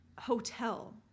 hotel